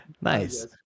Nice